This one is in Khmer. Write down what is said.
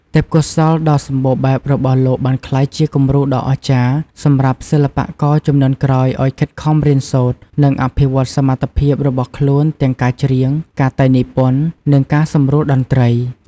ទេពកោសល្យដ៏សម្បូរបែបរបស់លោកបានក្លាយជា គំរូដ៏អស្ចារ្យ សម្រាប់សិល្បករជំនាន់ក្រោយឱ្យខិតខំរៀនសូត្រ និងអភិវឌ្ឍសមត្ថភាពរបស់ខ្លួនទាំងការច្រៀង ការតែងនិពន្ធ និងការសម្រួលតន្ត្រី ។